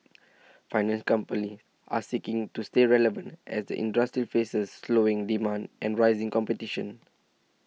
finance companies are seeking to stay relevant as the industry faces slowing demand and rising competition